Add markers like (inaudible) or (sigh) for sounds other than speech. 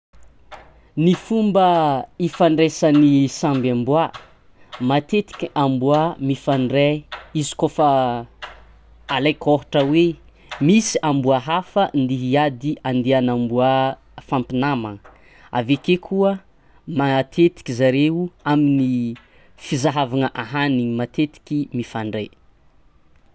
(noise) Ny fomba (hesitation) ifandraisan'ny (hesitation) samby amboà: matetiky aboà mifandray (noise) izy koafa (hesitation) alaiky ohatra hoe misy amboà hafa ndihiady andian'amboà fampinamagna, (noise) avake koa (hesitation) matetiky zareo (hesitation) amin'ny amin'ny fizahavagna ahanigny matetiky mifandray.